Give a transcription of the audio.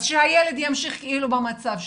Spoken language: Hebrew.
אז שהילד ימשיך במצב שלו.